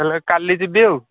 ହେଲା କାଲି ଯିବି ଆଉ